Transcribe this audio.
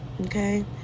Okay